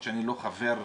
למרות שאני לא חבר בוועדה,